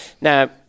Now